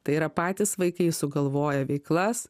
tai yra patys vaikai sugalvoja veiklas